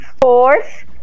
fourth